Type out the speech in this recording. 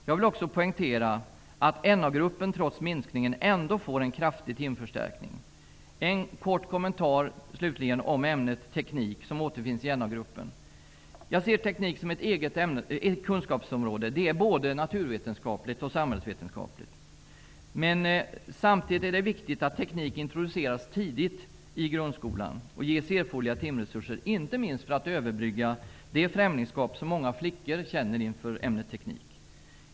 Jag vill också poängtera att Na-gruppen trots minskningen ändå får en kraftig timförstärkning. Slutligen en kort kommentar om ämnet teknik, som återfinns i Na-gruppen. Jag ser teknik som ett eget kunskapsområde. Det är både ett naturvetenskapligt och samhällsvetenskapligt ämne. Det är viktigt att teknik introduceras tidigt under grundskolan och ges erforderliga timresurser, inte minst för att överbrygga det främlingsskap som många flickor känner inför ämnet teknik.